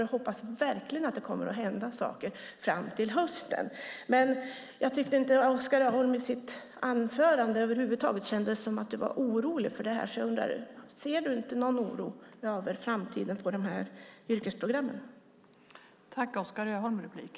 Jag hoppas verkligen att det kommer att hända saker fram till hösten. Men jag tyckte inte att Oskar Öholm i sitt anförande över huvud taget verkade vara orolig för det här. Därför undrar jag: Känner du inte någon oro inför framtiden när det gäller de här yrkesprogrammen?